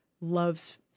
loves